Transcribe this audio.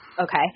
Okay